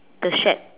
the shed